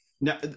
now